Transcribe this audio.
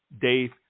Dave